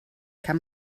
kann